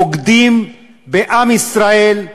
בוגדים בעם ישראל,